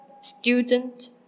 student